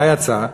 מה יצא?